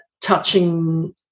touching